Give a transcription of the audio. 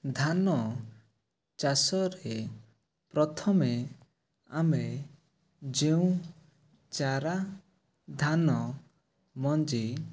ଧାନ ଚାଷରେ ପ୍ରଥମେ ଆମେ ଯେଉଁ ଚାରା ଧାନ ମଞ୍ଜି